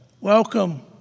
Welcome